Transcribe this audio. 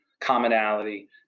commonality